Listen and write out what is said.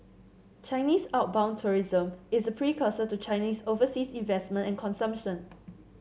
Chinese outbound tourism is precursor to Chinese overseas investment and consumption